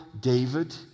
David